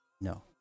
No